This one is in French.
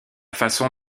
façon